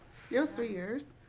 yeah was three years.